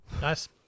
Nice